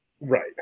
Right